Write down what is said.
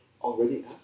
Already